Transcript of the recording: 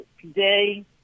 today